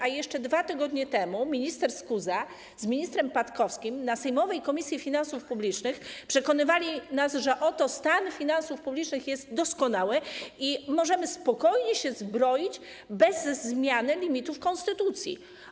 A jeszcze 2 tygodnie temu minister Skuza z ministrem Patkowskim na posiedzeniu sejmowej Komisji Finansów Publicznych przekonywali nas, że oto stan finansów publicznych jest doskonały i możemy spokojnie się zbroić, bez zmiany limitów konstytucji.